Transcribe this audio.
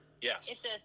Yes